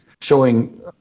showing